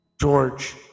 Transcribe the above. George